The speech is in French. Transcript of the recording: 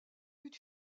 eut